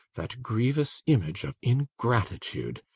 that grievous image of ingratitude,